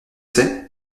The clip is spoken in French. c’est